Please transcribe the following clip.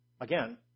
again